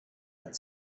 had